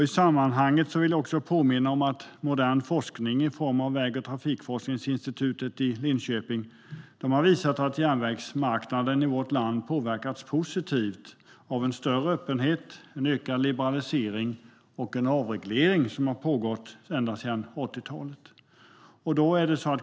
I sammanhanget vill jag påminna om att modern forskning från Statens väg och trafikforskningsinstitut i Linköping har visat att järnvägsmarknaden i vårt land har påverkats positivt av en större öppenhet, en ökad liberalisering och en avreglering som har pågått ända sedan 80-talet.